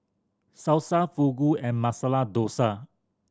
Salsa Fugu and Masala Dosa